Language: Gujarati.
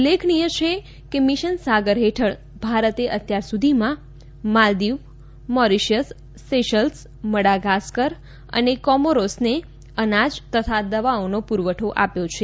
ઉલ્લેખનીય છે કે મીશન સાગર હેઠળ ભારતે અત્યાર સુધીમાં માલદીવ મોરીશીયસ સેશલ્સ મડાગાસ્કર અને કોમોરોસને અનાજ તથા દવાઓનો પુરવઠો આપ્યો છે